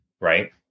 right